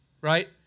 right